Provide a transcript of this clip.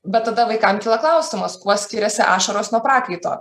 bet tada vaikam kyla klausimas kuo skiriasi ašaros nuo prakaito